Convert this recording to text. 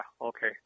okay